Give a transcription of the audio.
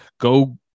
Go